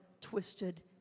twisted